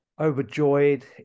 overjoyed